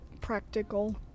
Practical